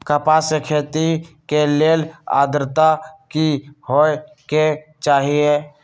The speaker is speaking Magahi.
कपास के खेती के लेल अद्रता की होए के चहिऐई?